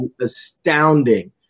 astounding